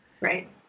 right